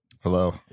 Hello